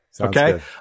okay